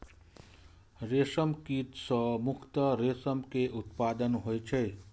रेशम कीट सं मुख्यतः रेशम के उत्पादन होइ छै